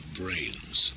brains